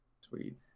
sweet